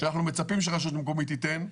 שאנחנו מצפים שרשות מקומית תיתן,